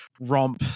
romp